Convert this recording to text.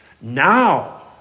Now